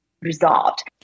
resolved